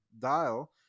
dial